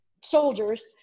soldiers